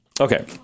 Okay